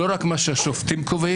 לא רק ממה שהשופטים קובעים.